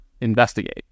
investigate